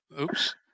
oops